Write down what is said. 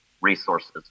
resources